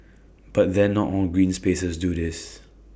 but then not all green spaces do this